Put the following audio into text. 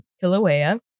Kilauea